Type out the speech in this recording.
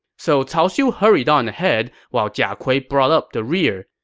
so cao xiu hurried on ahead, while jia kui brought up the rear.